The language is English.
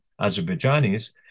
Azerbaijanis